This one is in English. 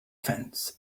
fence